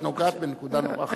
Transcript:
את נוגעת בנקודה נורא חשובה.